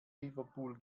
liverpool